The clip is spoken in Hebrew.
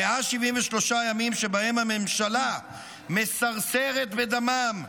173 ימים שבהם הממשלה מסרסרת בדמם,